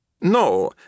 No